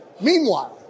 Meanwhile